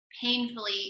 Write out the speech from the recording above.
painfully